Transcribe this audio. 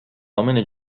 امنه